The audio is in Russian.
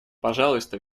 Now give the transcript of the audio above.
пожалуйста